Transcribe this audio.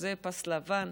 וזה פס לבן,